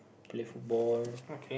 play football